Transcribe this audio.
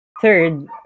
Third